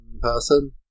person